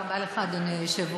תודה רבה לך, אדוני היושב-ראש,